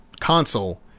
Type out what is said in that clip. console